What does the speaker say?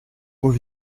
aux